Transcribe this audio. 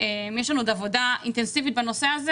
יש לנו עוד עבודה אינטנסיבית בנושא הזה